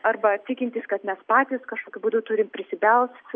arba tikintis kad mes patys kažkokiu būdu turim prisibelst